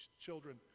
children